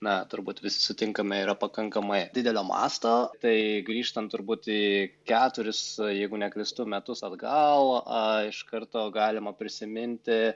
na turbūt visi sutinkame yra pakankamai didelio masto tai grįžtant turbūt į keturis jeigu neklystu metus atgal a iš karto galima prisiminti